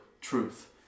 truth